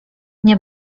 nie